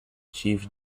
chief